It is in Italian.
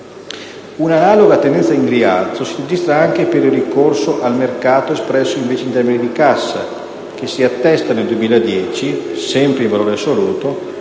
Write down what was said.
Un'analoga tendenza in rialzo si registra anche per il ricorso al mercato espresso invece in termini di cassa, che si attesta nel 2010, sempre in valore assoluto,